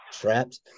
trapped